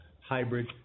hybrid